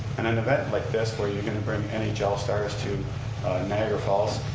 an and event like this where you're going to bring and and nhl stars to niagara falls,